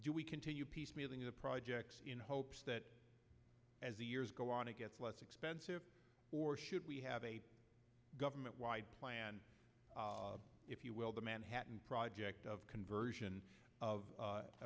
do we continue piecemealing the project in hopes that as the years go on it gets less expensive or should we have a government wide plan if you will the manhattan project of conversion of